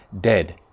dead